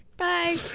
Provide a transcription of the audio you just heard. Bye